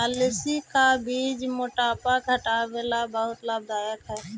अलसी का बीज मोटापा घटावे ला बहुत लाभदायक हई